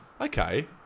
Okay